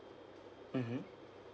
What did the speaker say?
mmhmm